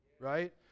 Right